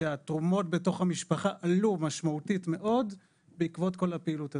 שהתרומות בתוך המשפחה עלו משמעותית מאוד בעקבות כל הפעילות הזאת.